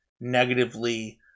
negatively